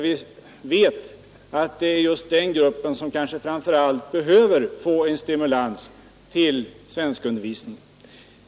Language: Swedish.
Vi vet att det är just den gruppen som kanske framför allt behöver få en stimulans till svenskundervisning.